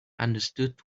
understood